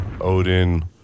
Odin